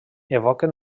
evoquen